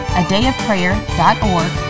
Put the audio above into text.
adayofprayer.org